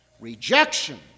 rejection